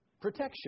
protection